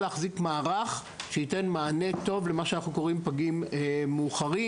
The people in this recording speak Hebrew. להחזיק מערך שייתן מענה טוב למה שאנחנו קוראים פגים מאוחרים,